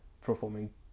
performing